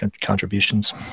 contributions